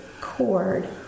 cord